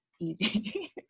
easy